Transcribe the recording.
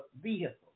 vehicle